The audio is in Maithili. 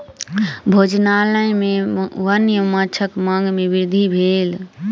भोजनालय में वन्य माँछक मांग में वृद्धि भेल